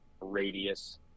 radius